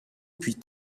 puis